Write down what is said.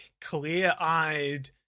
clear-eyed